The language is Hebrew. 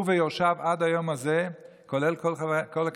הוא ויורשיו, עד היום הזה, כולל כל הכנסות,